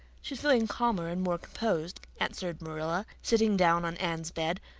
she's feeling calmer and more composed, answered marilla, sitting down on anne's bed.